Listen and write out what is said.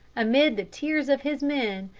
amid the tears of his men,